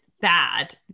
bad